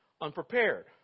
unprepared